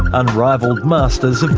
unrivalled masters of